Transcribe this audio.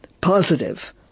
positive